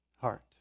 heart